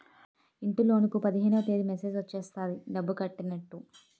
ఇంటిలోన్లకు పదిహేనవ తేదీ మెసేజ్ వచ్చేస్తది డబ్బు కట్టైనట్టు